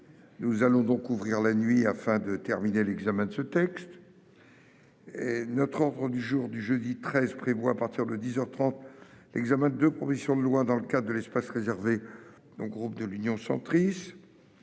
Nous allons donc ouvrir la nuit afin de terminer l'examen de ce texte. Notre ordre du jour du jeudi 13 janvier prévoit, à partir de dix heures trente, l'examen de deux propositions de loi dans le cadre de l'espace réservé au groupe Union Centriste.